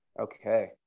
Okay